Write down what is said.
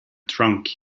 drunk